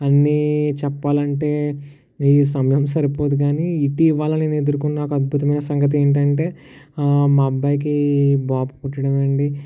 అన్నీ చెప్పాలంటే ఈ సమయం సరిపోదు కానీ ఇటీవల నేను ఎదురుకున్న ఒక అద్భుతమైన సంగతి ఏంటంటే మా అబ్బాయికి బాబు పుట్టడం అండి